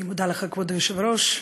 כבוד היושב-ראש,